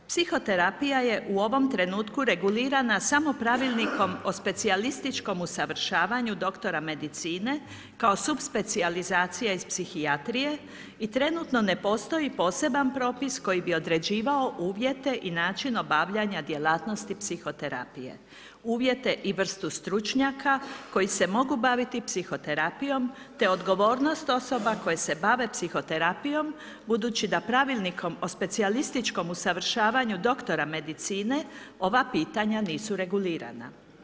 Psihoterapija je u ovom trenutku regulirana samo Pravilnikom o specijalističkom usavršavanju doktora medicine kao subspecijalizacija iz psihijatrije i trenutno ne postoji poseban propis koji bi određivao uvjete i način obavljanja djelatnosti psihoterapije, uvjete i vrstu stručnjaka koji se mogu baviti psihoterapijom te odgovornost osoba koje se bave psihoterapijom budući da pravilnikom o specijalističkom usavršavanju doktora medicina, ova pitanja nisu regulirana.